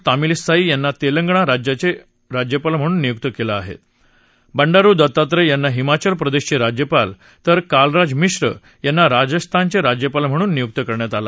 तामिलीसाई यांना तछ्याणा राज्याचरिज्यपाल नियुक कळि आह बेंडारु दतात्रय यांना हिमाचल प्रदेशचे राज्यपाल तर कलराज मिश्र यांना राजस्थानचे राज्यपाल म्हणून नियुक्त करण्यात आलं